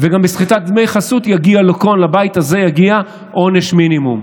וגם יגיע לבית הזה עונש מינימום